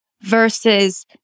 versus